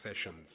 sessions